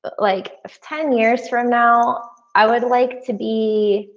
but like ah ten years from now i would like to be,